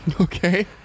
Okay